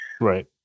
Right